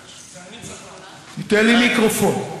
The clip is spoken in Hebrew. אין מיקרופון.